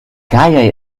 geier